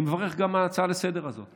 אני מברך גם על ההצעה לסדר-היום הזו.